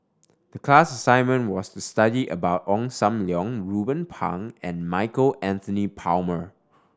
class assignment was to study about Ong Sam Leong Ruben Pang and Michael Anthony Palmer